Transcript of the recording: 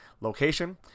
location